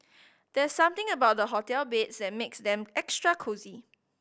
there's something about the hotel beds that makes them extra cosy